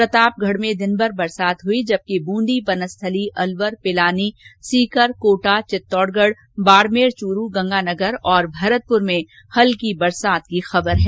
प्रतापगढ़ में दिनभर बरसात हई जबकि ब्रंदी वनस्थली अलवर पिलानी सीकर कोटा चित्तौडगढ बाड़मेर चूरू गंगानगर भरतपुर में हल्की बरसात की खबर है